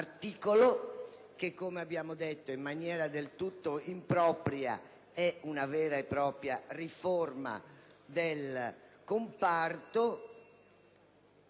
che, come abbiamo detto, in maniera del tutto impropria è una vera e propria riforma del comparto